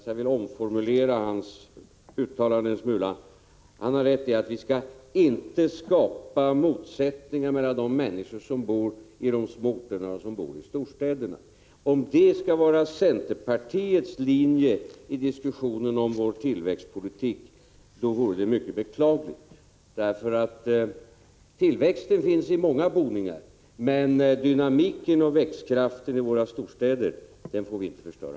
Men jag vill formulera om hans uttalande en smula: Han har rätt i att vi inte skall skapa motsättningar mellan de människor som bor i de små orterna och dem som bor i storstäderna. Om detta skall vara centerpartiets linje i diskussionen om vår tillväxtpolitik, är det mycket beklagligt. Tillväxten finns ju i många boningar, men dynamiken och växtkraften i våra storstäder får vi inte förstöra.